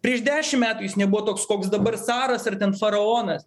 prieš dešim metų jis nebuvo toks koks dabar caras ar ten faraonas